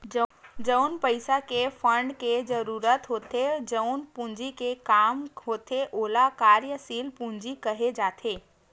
जउन पइसा के फंड के जरुरत होथे जउन पूंजी के काम होथे ओला कार्यसील पूंजी केहे जाथे